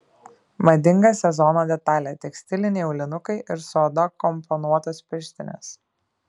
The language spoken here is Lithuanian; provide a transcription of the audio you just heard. madinga sezono detalė tekstiliniai aulinukai ir su oda komponuotos pirštinės